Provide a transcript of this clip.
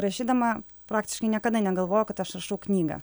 rašydama praktiškai niekada negalvoju kad aš rašau knygą